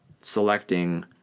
selecting